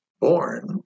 born